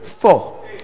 four